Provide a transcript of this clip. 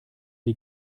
die